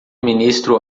ministro